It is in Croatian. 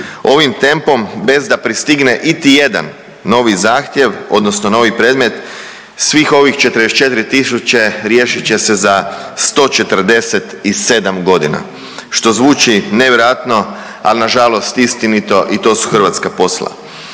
Ovim tempom bez da pristigni itijedan novi zahtjev odnosno novi predmet, svih ovih 44 tisuće 147 godina, što zvuči nevjerojatno, ali nažalost istinito i to su hrvatska posla.